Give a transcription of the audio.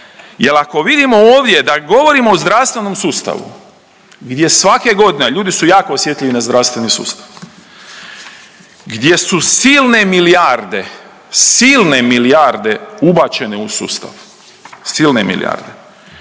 Jel ako vidimo ovdje da govorimo o zdravstvenom sustavu gdje svake godine, a ljudi su jako osjetljivi na zdravstveni sustav, gdje su silne milijarde, silne milijarde ubačene u sustav, silne milijarde